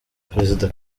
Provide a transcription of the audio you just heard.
perezida